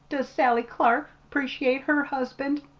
does sally clark appreciate her husband?